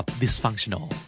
dysfunctional